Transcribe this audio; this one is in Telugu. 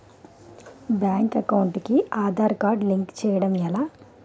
బ్యాంక్ అకౌంట్ కి ఆధార్ కార్డ్ లింక్ చేయడం ఎలా?